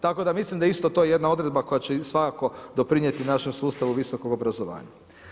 Tako da mislim da je to isto jedna odredba koja će svakako doprinijeti našem sustavu visokog obrazovanja.